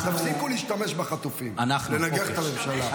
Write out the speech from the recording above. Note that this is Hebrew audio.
תפסיקו להשתמש בחטופים לנגח את הממשלה.